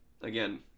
again